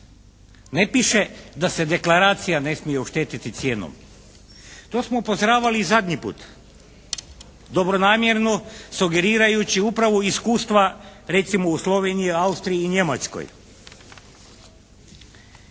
Ne piše da se deklaracija ne smije oštetiti cijenom. To smo upozoravali i zadnji put. Dobronamjerno sugerirajući upravo iz iskustva recimo u Sloveniji, Austriji i Njemačkoj.